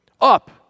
Up